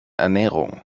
ernährung